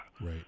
Right